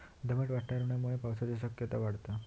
दमट वातावरणामुळे पावसाची शक्यता वाढता